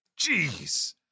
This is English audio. Jeez